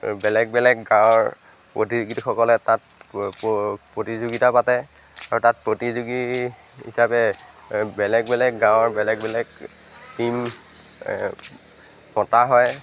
বেলেগ বেলেগ গাঁৱৰ প্ৰতিযোগীসকলে তাত প্ৰতিযোগিতা পাতে আৰু তাত প্ৰতিযোগী হিচাপে বেলেগ বেলেগ গাঁৱৰ বেলেগ বেলেগ টিম মতা হয়